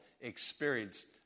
experienced